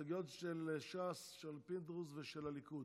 -- ההסתייגויות של ש"ס, של פינדרוס ושל הליכוד.